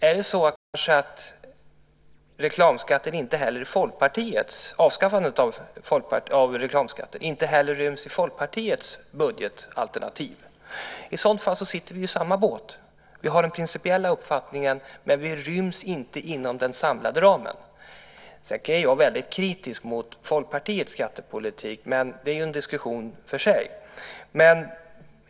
Är det kanske så att avskaffandet av reklamskatten inte heller ryms i Folkpartiets budgetalternativ? I så fall sitter vi i samma båt. Vi har den principiella uppfattningen, men det hela ryms inte inom den samlade ramen. Sedan kan jag vara väldigt kritisk mot Folkpartiets skattepolitik, men det är en diskussion för sig.